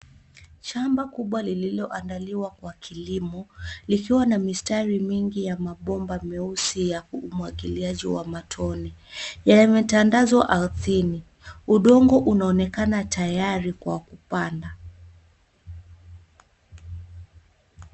Shamba kubwa lililoandaliwa kwa kilimo likiwa na mistari mingi ya mabomba meusi ya umwagiliaji wa matone. Yametandazwa ardhini. Udongo unaonekana tayari kwa kupanda.